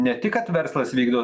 ne tik kad verslas vykdo